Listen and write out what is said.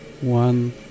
one